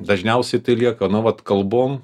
dažniausiai tai lieka nu vat kalbom